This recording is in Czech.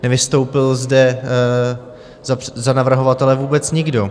Nevystoupil zde za navrhovatele vůbec nikdo.